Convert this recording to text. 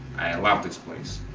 i love this place.